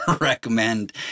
recommend